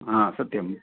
आ सत्यम्